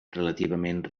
relativament